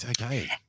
Okay